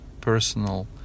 personal